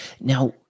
Now